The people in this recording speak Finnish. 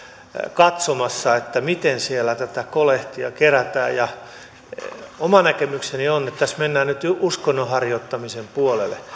katsomassa miten siellä tätä kolehtia kerätään oma näkemykseni on että tässä mennään nyt jo uskonnon harjoittamisen puolelle